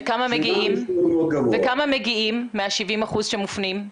וכמה מגיעים מה-70% שמופנים?